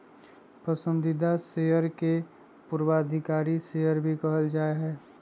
पसंदीदा शेयर के पूर्वाधिकारी शेयर भी कहल जा हई